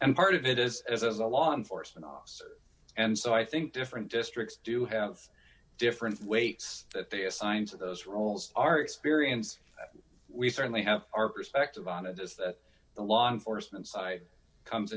and part of it is as a law enforcement officer and so i think different districts do have different weights that they assigned to those roles our experience we certainly have our perspective on it as the law enforcement side comes